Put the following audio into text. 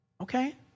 Okay